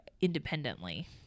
independently